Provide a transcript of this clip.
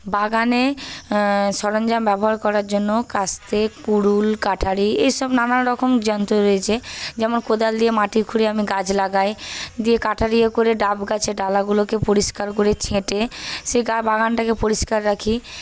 বাগানে সরঞ্জাম ব্যবহার করার জন্য কাস্তে কুড়ুল কাটারি এসব নানারকম যন্ত্র রয়েছে যেমন কোদাল দিয়ে মাটি খুঁড়ে আমি গাছ লাগাই দিয়ে কাঠারিও করে ডাবগাছের ডালাগুলোকে পরিস্কার করে ছেঁটে সে বাগানটাকে পরিস্কার রাখি